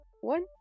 one